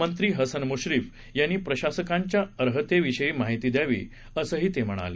मंत्री हसन मुश्रीफ यांनी प्रशासकांच्या अर्हतेविषयी माहिती द्यावी असंही ते म्हणाले